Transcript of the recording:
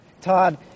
Todd